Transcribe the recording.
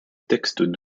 texte